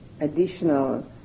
additional